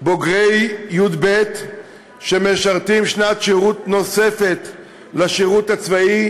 בוגרי י"ב שמשרתים שנת שירות נוספת על השירות הצבאי,